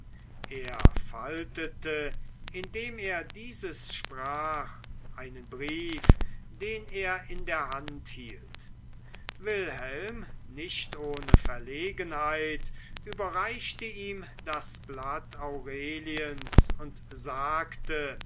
er faltete indem er dieses sprach einen brief den er in der hand hielt wilhelm nicht ohne verlegenheit überreichte ihm das blatt aureliens und sagte